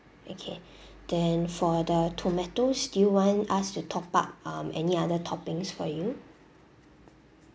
okay then for the tomatoes do you want us to top up um any other toppings for you